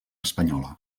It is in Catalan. espanyola